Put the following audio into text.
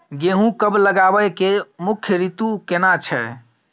गेहूं कब लगाबै के मुख्य रीतु केना छै?